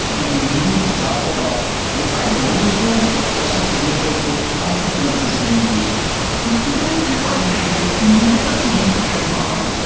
and we needed to talk about what our goals were but also to realize what the consequences may be the students and organizers knew knew that the police could get involved,